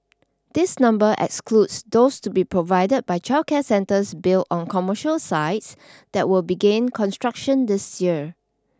this number excludes those to be provided by childcare centres built on commercial sites that will begin construction this year